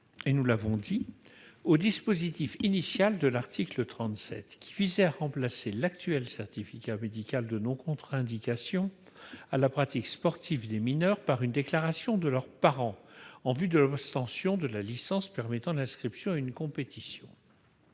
étions opposés au dispositif initial de l'article 37, qui visait à remplacer l'actuel certificat médical de non-contre-indication à la pratique sportive des mineurs par une déclaration de leurs parents en vue de l'obtention de la licence permettant l'inscription à une compétition.